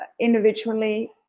individually